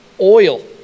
oil